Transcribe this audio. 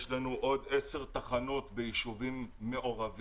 יש לנו עוד 10 תחנות ביישובים מעורבים.